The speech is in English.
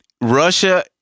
russia